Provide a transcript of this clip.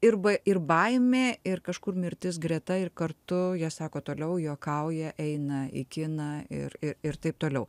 ir ba ir baimė ir kažkur mirtis greta ir kartu jie sako toliau juokauja eina į kiną ir ir taip toliau